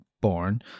born